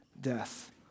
death